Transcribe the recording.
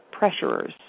pressurers